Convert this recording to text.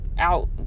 out